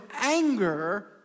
anger